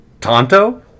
Tonto